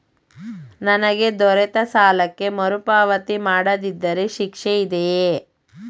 ನನಗೆ ದೊರೆತ ಸಾಲಕ್ಕೆ ಮರುಪಾವತಿ ಮಾಡದಿದ್ದರೆ ಶಿಕ್ಷೆ ಇದೆಯೇ?